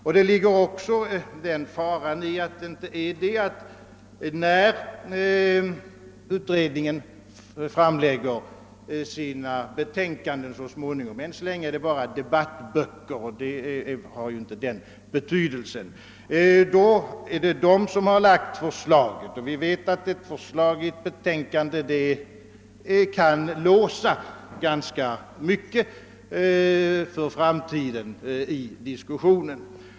En fara med att politiker inte ingår i utredningen är också, att när utredningen så småningom presenterar sina betänkanden — än så länge rör det sig bara om debattböcker, och de har inte samma betydelse — så är det dessa andra representanter som lagt förslagen. Vi vet att ett förslag i ett betänkande kan låsa diskussionen ganska hårt för framtiden.